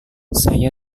saya